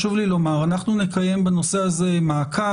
חשוב לי לומר אנחנו נקיים בנושא הזה מעקב.